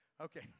Okay